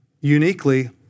uniquely